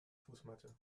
fußmatte